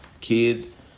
kids